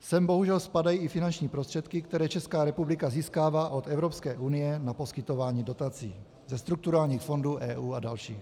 Sem bohužel spadají i finanční prostředky, které Česká republika získává od Evropské unie na poskytování dotací do strukturálních fondů EU a dalších.